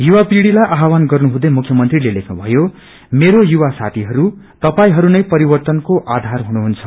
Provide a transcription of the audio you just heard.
युवा पीढ़िलाई आवहान गर्नुहुँदै मुख्यंत्रीले लेख्नु भयो मेरो युवा साथीहरू तपाईहरूनै परिवर्तनको आधार हुनुहुन्छ